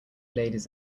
ladies